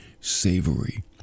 Savory